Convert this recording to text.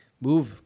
move